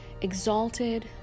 exalted